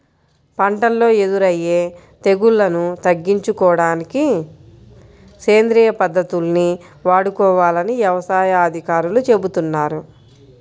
పంటల్లో ఎదురయ్యే తెగుల్లను తగ్గించుకోడానికి సేంద్రియ పద్దతుల్ని వాడుకోవాలని యవసాయ అధికారులు చెబుతున్నారు